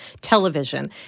television